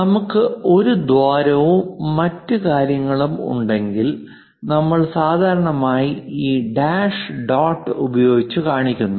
നമുക്ക് ഒരു ദ്വാരവും മറ്റ് കാര്യങ്ങളും ഉണ്ടെങ്കിൽ നമ്മൾ സാധാരണയായി ഈ ഡാഷ് ഡോട്ട് ഉപയോഗിച്ചു കാണിക്കുന്നു